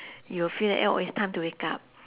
you'll feel that eh oh it's time to wake up